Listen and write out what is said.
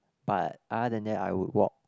but other than that I would walk